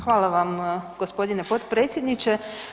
Hvala vam gospodine potpredsjedniče.